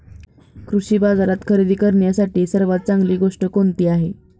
कृषी बाजारात खरेदी करण्यासाठी सर्वात चांगली गोष्ट कोणती आहे?